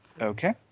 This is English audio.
Okay